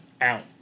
Out